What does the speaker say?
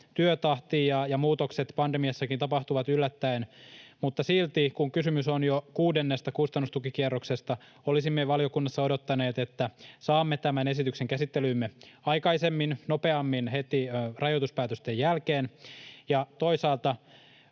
työtahti ja muutokset pandemiassakin tapahtuvat yllättäen, mutta silti kun kysymys on jo kuudennesta kustannustukikierroksesta, olisimme valiokunnassa odottaneet, että saamme tämän esityksen käsittelyymme aikaisemmin, nopeammin heti rajoituspäätösten jälkeen. Toisaalta